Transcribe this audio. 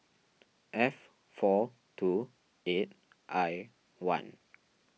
F four two eight I one